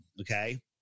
okay